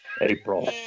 April